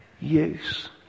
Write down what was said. use